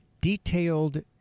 detailed